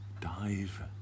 dive